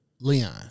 Leon